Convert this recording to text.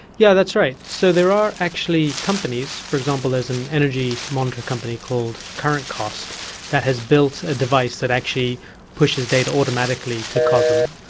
yeah that's right. so there are actually companies. for example, there is an energy monitor company called current cost that has built a device that actually pushes data automatically to cosm.